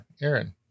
Aaron